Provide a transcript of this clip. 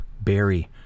berry